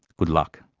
good luck.